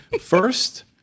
first